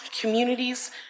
communities